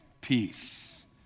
peace